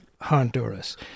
Honduras